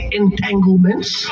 entanglements